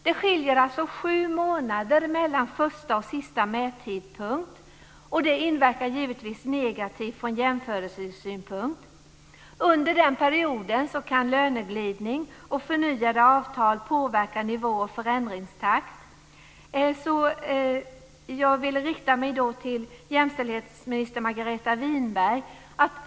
Det skiljer alltså sju månader mellan första och sista mättidpunkt, och det inverkar givetvis negativt från jämförelsesynpunkt. Under den perioden kan löneglidning och förnyade avtal påverka nivå och förändringstakt. Jag vill rikta mig till jämställdhetsminister Margareta Winberg.